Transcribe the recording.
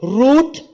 root